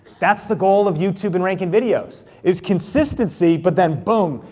that's the goal of youtube and ranking videos, is consistency, but then boom,